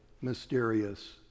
mysterious